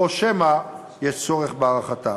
או שמא יש צורך בהארכתה.